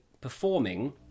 Performing